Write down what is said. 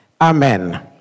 Amen